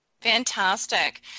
Fantastic